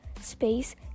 space